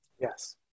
Yes